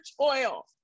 oil